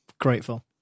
Grateful